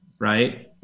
right